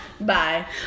bye